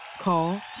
Call